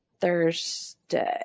Thursday